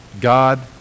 God